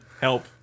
help